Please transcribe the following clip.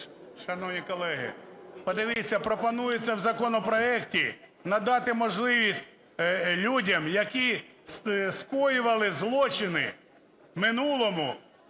Шановні колеги, подивіться, пропонується в законопроекті надати можливість людям, які скоювали злочини в минулому,